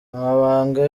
amabanga